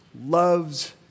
loves